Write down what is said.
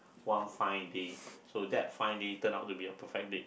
one fine day so that fine day turned out to be a perfect date